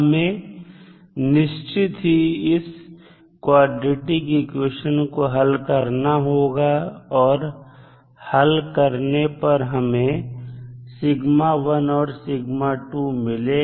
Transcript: हमें निश्चित ही इस क्वाड्रेटिक इक्वेशन को हल करना होगा और हल करने पर हमेंऔर मिलेगा